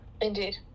Indeed